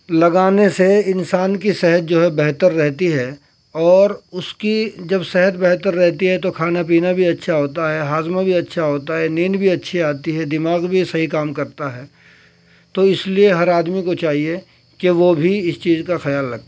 لگانے سے انسان کی صحت جو ہے بہتر رہتی ہے اور اس کی جب صحت بہتر رہتی ہے تو کھانا پینا بھی اچھا ہوتا ہے ہاضمہ بھی اچھا ہوتا ہے نیند بھی اچھی آتی ہے دماغ بھی صحیح کام کرتا ہے تو اس لیے ہر آدمی کو چاہیے کہ وہ بھی اس چیز کا خیال رکھے